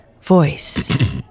voice